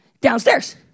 downstairs